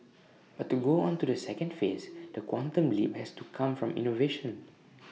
but to go on to the second phase the quantum leap has to come from innovation